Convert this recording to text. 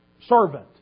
servant